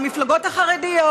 המפלגות החרדיות,